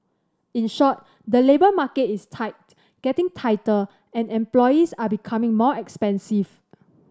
in short the labour market is tight getting tighter and employees are becoming more expensive